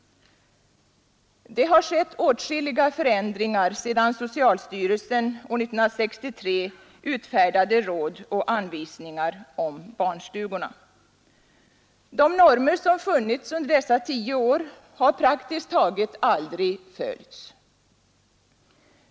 Det har skett åtskilliga förändringar sedan socialstyrelsen år 1963 utfärdade råd och anvisningar om barnstugorna. De normer som funnits under dessa tio år har praktiskt taget aldrig följts.